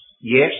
yes